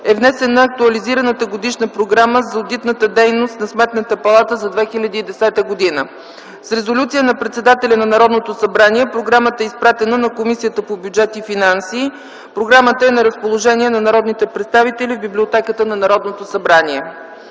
е внесена актуализираната годишна програма за одитната дейност на Сметна палата за 2010 г. С резолюция на председателя на Народното събрание програмата е изпратена на Комисията по бюджет и финанси. Тя е на разположение на народните представители в Библиотеката на Народното събрание.